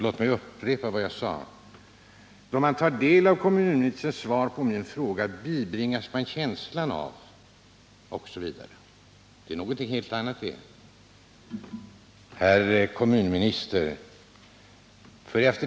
Låt mig upprepa vad jag sade: ”När man tar del av kommunministerns svar på min fråga bibringas man känslan av ---.” Det är någonting helt annat det, herr kommunminister.